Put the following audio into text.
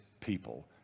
people